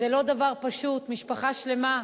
זה לא דבר פשוט, משפחה שלמה,